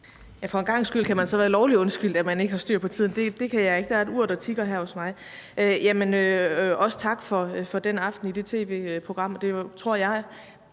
For en gangs skyld kan man så være lovligt undskyldt, at man ikke har styr på tiden! Det kan jeg ikke. Der er et ur, der tikker her hos mig. Jeg vil også sige tak for det tv-program. Jeg tror ikke,